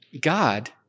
God